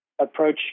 approach